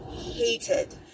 hated